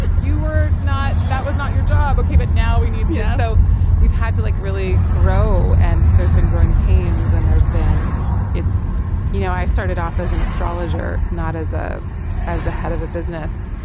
you were not that was not your job okay. but now we need you yeah so we've had to like really grow and there's been growing pains and there's been it's you know i started off as an astrologer not as a as the head of a business.